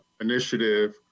initiative